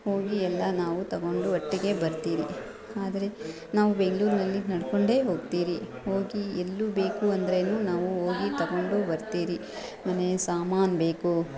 ಹೋಗಿ ಎಲ್ಲ ನಾವು ತಗೊಂಡು ಒಟ್ಟಿಗೆ ಬರ್ತೀರಿ ಅದರೆ ನಾವು ಬೆಂಗ್ಳೂರಿನಲ್ಲಿ ನಡ್ಕೊಂಡೆ ಹೋಗ್ತೀರಿ ಹೋಗಿ ಎಲ್ಲು ಬೇಕು ಅಂದರೂನು ನಾವು ಹೋಗಿ ತೊಗೊಂಡು ಬರ್ತೀರಿ ಮನೆಯ ಸಾಮಾನು ಬೇಕು